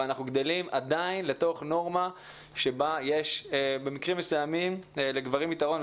ואנחנו גלדים עדיין לתוך נורמה שבה יש במקרים מסוימים לגברים יתרון.